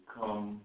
come